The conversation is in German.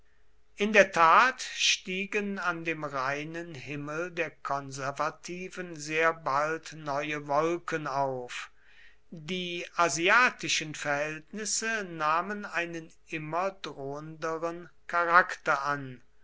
in der tat stiegen an dem reinen himmel der konservativen sehr bald neue wolken auf die asiatischen verhältnisse nahmen einen immer drohenderen charakter an